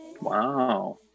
Wow